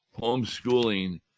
homeschooling